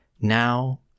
Now